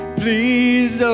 please